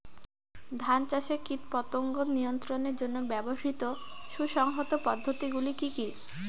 ধান চাষে কীটপতঙ্গ নিয়ন্ত্রণের জন্য ব্যবহৃত সুসংহত পদ্ধতিগুলি কি কি?